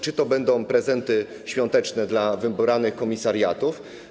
Czy to będą prezenty świąteczne dla wybranych komisariatów?